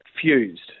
fused